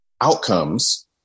outcomes